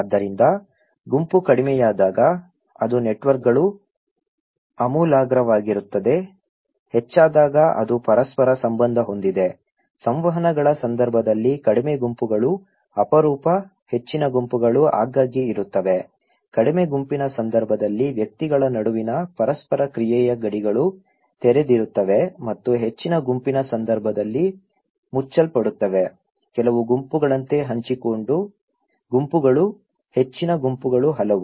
ಆದ್ದರಿಂದ ಗುಂಪು ಕಡಿಮೆಯಾದಾಗ ಅದು ನೆಟ್ವರ್ಕ್ಗಳು ಆಮೂಲಾಗ್ರವಾಗಿರುತ್ತವೆ ಹೆಚ್ಚಾದಾಗ ಅದು ಪರಸ್ಪರ ಸಂಬಂಧ ಹೊಂದಿದೆ ಸಂವಹನಗಳ ಸಂದರ್ಭದಲ್ಲಿ ಕಡಿಮೆ ಗುಂಪುಗಳು ಅಪರೂಪ ಹೆಚ್ಚಿನ ಗುಂಪುಗಳು ಆಗಾಗ್ಗೆ ಇರುತ್ತವೆ ಕಡಿಮೆ ಗುಂಪಿನ ಸಂದರ್ಭದಲ್ಲಿ ವ್ಯಕ್ತಿಗಳ ನಡುವಿನ ಪರಸ್ಪರ ಕ್ರಿಯೆಯ ಗಡಿಗಳು ತೆರೆದಿರುತ್ತವೆ ಮತ್ತು ಹೆಚ್ಚಿನ ಗುಂಪಿನ ಸಂದರ್ಭದಲ್ಲಿ ಮುಚ್ಚಲ್ಪಡುತ್ತವೆ ಕೆಲವು ಗುಂಪುಗಳಂತೆ ಹಂಚಿಕೊಂಡ ಗುಂಪುಗಳು ಹೆಚ್ಚಿನ ಗುಂಪುಗಳು ಹಲವು